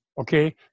Okay